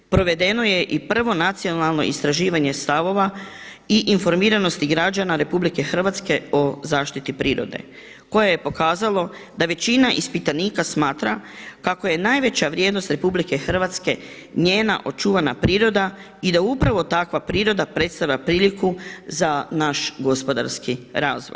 Provedeno je i prvo nacionalno istraživanje stavova i informiranosti građana Republike Hrvatske o zaštiti prirode koje je pokazalo da većina ispitanika smatra kako je najveća vrijednost RH njena očuvana priroda i da upravo takva priroda predstavlja priliku za naš gospodarski razvoj.